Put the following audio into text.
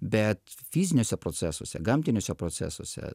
bet fiziniuose procesuose gamtiniuose procesuose